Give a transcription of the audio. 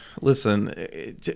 Listen